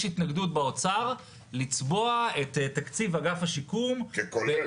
התנגדות באוצר לצבוע את תקציב אגף השיקום -- ככולל.